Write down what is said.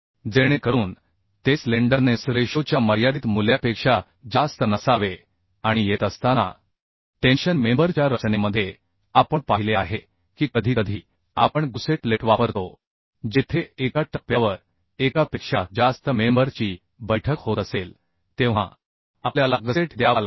जेणेकरून ते स्लेंडरनेस रेशोच्या मर्यादित मूल्यापेक्षा जास्त नसावे आणि येत असताना टेन्शन मेंबर च्या रचनेमध्ये आपण पाहिले आहे की कधीकधी आपण गुसेट प्लेट वापरतो जेथे एका टप्प्यावर एकापेक्षा जास्त मेंबर ची बैठक होत असेल तेव्हा आपल्याला गसेट द्यावा लागेल